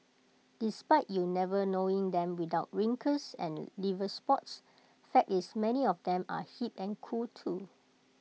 despite you never knowing them without wrinkles and liver spots fact is many of them are hip and cool too